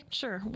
sure